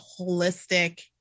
holistic